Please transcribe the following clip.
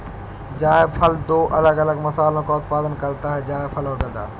जायफल दो अलग अलग मसालों का उत्पादन करता है जायफल और गदा